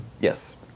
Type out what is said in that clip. Yes